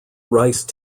rice